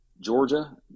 Georgia